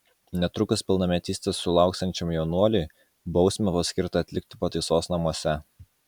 netrukus pilnametystės sulauksiančiam jaunuoliui bausmę paskirta atlikti pataisos namuose